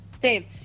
Dave